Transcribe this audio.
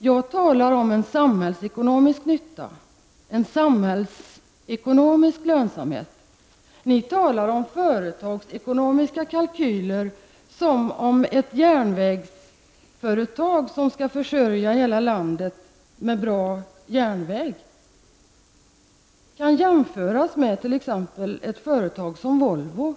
Jag talade om en samhällsekonomisk lönsamhet. Ni talar om företagsekonomiska kalkyler som om ett järnvägsföretag som skall försörja hela landet med bra järnvägar skulle kunna jämföras med exempelvis ett företag som Volvo.